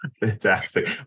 Fantastic